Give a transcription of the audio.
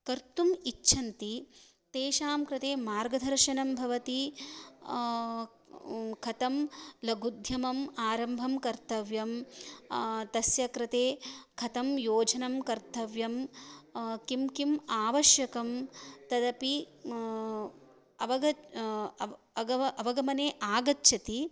कर्तुम् इच्छन्ति तेषां कृते मार्गदर्शनं भवति कथं लघुद्यमानाम् आरम्भं कर्तव्यं तस्य कृते कथं योजनं कर्तव्यं किं किम् आवश्यकं तदपि अवग अगव अवगमने आगच्छति